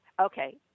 Okay